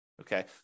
Okay